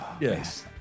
Yes